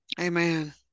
Amen